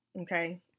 Okay